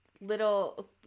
little